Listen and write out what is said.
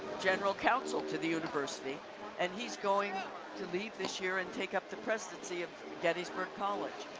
general counsel to the university and he's going to leave this year and take up the presidency of gettysburg college.